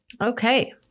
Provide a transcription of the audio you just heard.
Okay